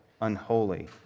unholy